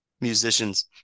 musicians